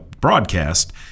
broadcast